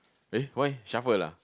eh why shuffle ah